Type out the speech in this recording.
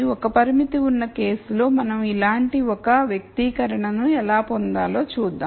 ఒక్క పరిమితి ఉన్న కేసులో మనం ఇలాంటి ఒక వ్యక్తీకరణను ఎలా పొందాలో చూద్దాం